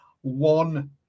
one